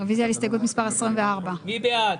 רוויזיה על הסתייגות מס' 62. מי בעד,